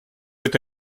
это